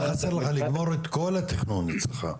מה חסר לך לגמור את כל התכנון אצלך?